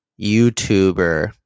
YouTuber